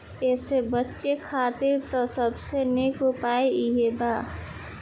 एसे बचे खातिर त सबसे निक उपाय इहे बा